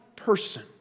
person